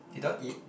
you don't eat